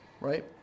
Right